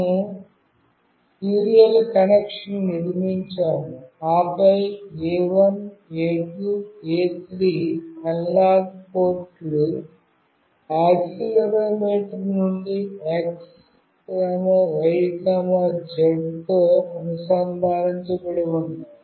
మేము సీరియల్ కనెక్షన్ను నిర్మించాము ఆపై A1 A2 A3 అనలాగ్ పోర్ట్లు యాక్సిలెరోమీటర్ నుండి X Y Z తో అనుసంధానించబడి ఉన్నాయి